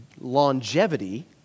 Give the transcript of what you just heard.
longevity